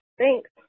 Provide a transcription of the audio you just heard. Thanks